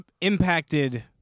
impacted